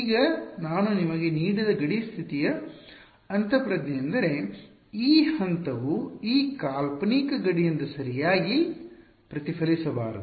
ಈಗ ನಾನು ನಿಮಗೆ ನೀಡಿದ ಗಡಿ ಸ್ಥಿತಿಯ ಅಂತಃಪ್ರಜ್ಞೆಯೆಂದರೆ ಈ ಹಂತವು ಈ ಕಾಲ್ಪನಿಕ ಗಡಿಯಿಂದ ಸರಿಯಾಗಿ ಪ್ರತಿಫಲಿಸಬಾರದು